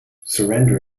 surrender